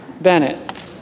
Bennett